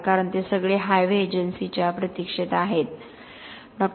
कारण ते सगळे हायवे एजन्सीच्या प्रतीक्षेत आहेत डॉ